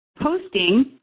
Posting